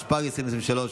התשפ"ג 2023,